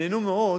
שנהנו מאוד